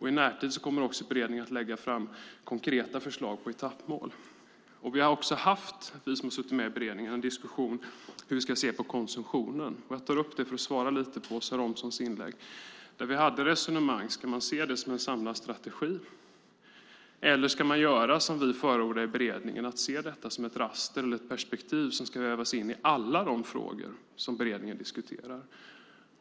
I närtid kommer också beredningen att lägga fram konkreta förslag på etappmål. Vi som har suttit med i beredningen har fört en diskussion om hur vi ska se på konsumtionen. Jag tar upp detta för att svara lite grann på Åsa Romsons inlägg. Vi förde resonemang om huruvida man ska se detta som en samlad strategi eller göra som vi förordade i beredningen och se det som ett raster eller ett perspektiv som ska vävas in i alla de frågor som regeringen diskuterar.